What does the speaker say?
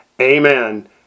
Amen